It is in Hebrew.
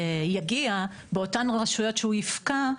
יגיע, באותן רשויות שהוא יפקע,